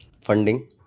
Funding